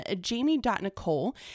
jamie.nicole